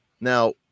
Now